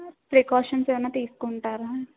precautions ఏమైనా తీస్కుంటారా